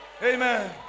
Amen